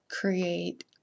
create